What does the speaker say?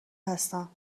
هستم